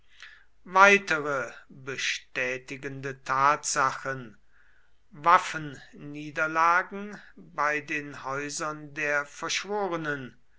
weitere bestätigende tatsachen waffenniederlagen in den häusern der verschworenen